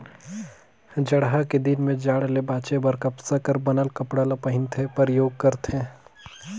जड़हा के दिन में जाड़ ले बांचे बर कपसा कर बनल कपड़ा ल पहिनथे, परयोग करथे